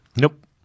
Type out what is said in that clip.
Nope